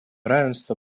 равенство